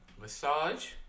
massage